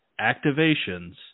activations